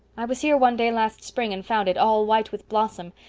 i was here one day last spring and found it, all white with blossom.